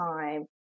time